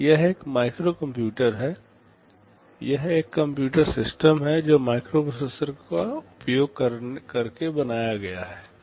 यह एक micro computer है यह एक कंप्यूटर सिस्टम है जो माइक्रोप्रोसेसर का उपयोग करके बनाया गया है